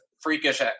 freakish